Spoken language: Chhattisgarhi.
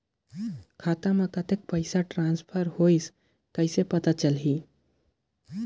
खाता म कतेक पइसा ट्रांसफर होईस कइसे पता चलही?